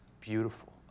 beautiful